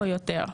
או יותר,